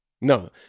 No